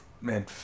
man